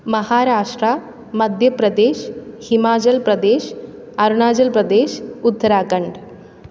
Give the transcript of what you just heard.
Maharashtra Madhya Pradesh Himachal Pradesh Arunachal Pradesh Uttarakhand